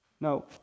No